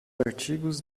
artigos